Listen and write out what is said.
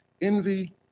Envy